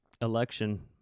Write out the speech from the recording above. election